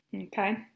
okay